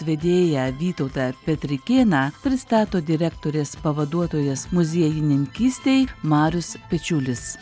vedėją vytautą petrikėną pristato direktorės pavaduotojas muziejininkystei marius pečiulis